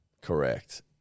Correct